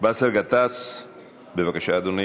באסל גטאס, בבקשה, אדוני.